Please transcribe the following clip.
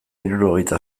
hirurogeita